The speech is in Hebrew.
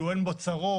אין בו צרות,